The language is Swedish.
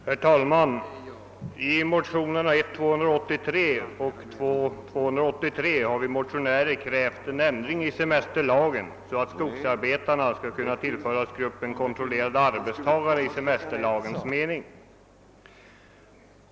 Herr talman! I motionerna I: 243 och II: 283 har vi motionärer krävt en ändring i semesterlagen så att skogsarbetarna skall kunna tillföras gruppen kontrollerade arbetstagare i semesterlagens mening.